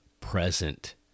present